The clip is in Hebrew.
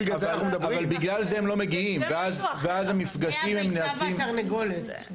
זה הביצה והתרנגולת.